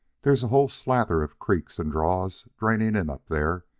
there's whole slathers of creeks and draws draining in up there,